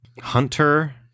Hunter